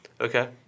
Okay